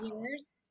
years